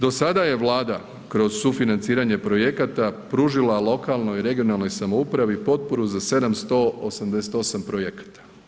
Do sada je Vlada kroz sufinanciranje projekata pružila lokalnoj i regionalnoj samoupravi potporu za 788 projekata.